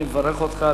אני מברך אותך,